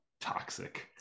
toxic